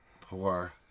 poor